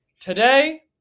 Today